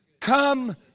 Come